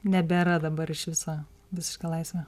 nebėra dabar iš viso visiška laisvė